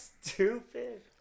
stupid